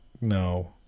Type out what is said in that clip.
No